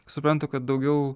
suprantu kad daugiau